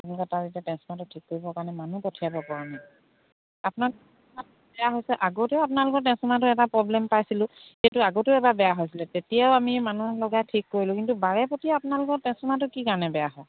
তাৰ পিছত এতিয়া টেঞ্চফৰ্মাৰটো ঠিক কৰিবৰ কাৰণে মানুহ পঠিয়াব পৰা নাই আপোনাক বেয়া হৈছে আগতেও আপোনালোকৰ টেঞ্চফৰ্মাৰটোৰ এটা প্ৰ'ব্লেম পাইছিলোঁ সেইটো আগতেও এবাৰ বেয়া হৈছিলে তেতিয়াও আমি মানুহ লগাই ঠিক কৰিলোঁ কিন্তু বাৰে প্ৰতি আপোনালোকৰ টেঞ্চফৰ্মাৰটো কি কাৰণে বেয়া হয়